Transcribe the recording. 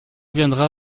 viendra